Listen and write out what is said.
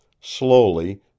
Slowly